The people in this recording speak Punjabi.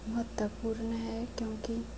ਮਹੱਤਵਪੂਰਨ ਹੈ ਕਿਉਂਕਿ